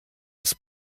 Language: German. ist